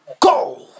go